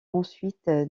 ensuite